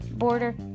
border